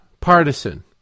partisan